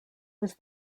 was